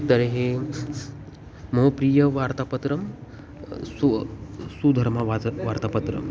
तर्हि मम प्रियवार्तापत्रं सुवा सुधर्मा वार्ता वार्तापत्रं